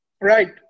right